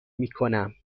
میکنم